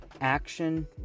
action